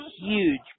huge